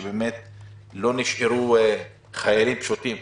כי לא נשארו חיילים פשוטים,